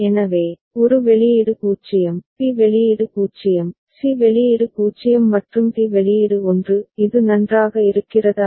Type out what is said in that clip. எனவே ஒரு வெளியீடு 0 பி வெளியீடு 0 சி வெளியீடு 0 மற்றும் டி வெளியீடு 1 இது நன்றாக இருக்கிறதா